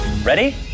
Ready